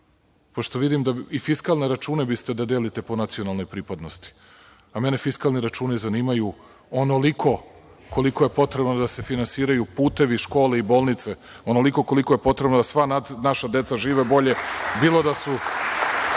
pošto vidim da biste i fiskalne račune da delite po nacionalnoj pripadnosti, a mene fiskalni računi zanimaju onoliko koliko je potrebno da se finansiraju putevi, škole i bolnice, onoliko koliko je potrebno da sva naša deca žive bolje, bilo da su